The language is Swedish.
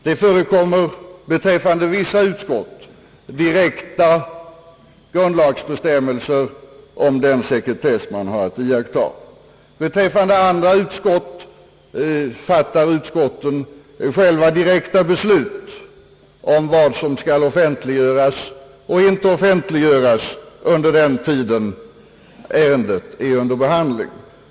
Det finns beträffande vissa utskott direkta grundlagsbestämmelser om den sekretess man har att iaktta. Andra utskott fattar själva direkta beslut om vad som skall offentliggöras och vad som inte skall offentliggöras under den tid ärendet är under behandling.